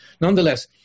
Nonetheless